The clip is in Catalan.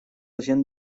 gent